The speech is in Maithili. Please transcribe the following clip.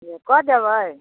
कऽ देबै